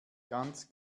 ganz